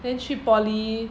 then 去 poly